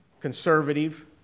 conservative